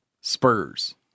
spurs